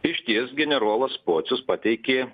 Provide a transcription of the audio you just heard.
išties generolas pocius pateikė